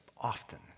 often